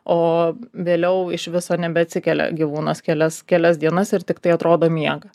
o vėliau iš viso nebeatsikelia gyvūnas kelias kelias dienas ir tiktai atrodo miega